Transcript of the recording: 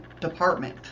department